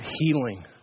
healing